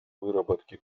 выработке